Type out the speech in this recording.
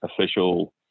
official